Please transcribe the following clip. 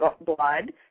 blood